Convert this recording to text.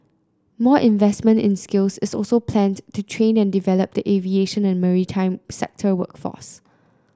more investment in skills is also planned to train and develop the aviation and maritime sector workforce